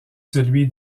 celui